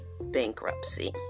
Bankruptcy